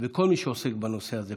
וכל מי שעוסקים בנושא הזה,